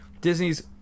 Disney's